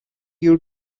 you